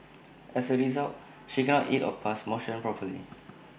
as A result she cannot eat or pass motion properly